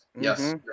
Yes